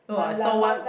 oh I saw one